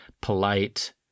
polite